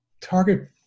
target